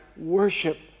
worship